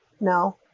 no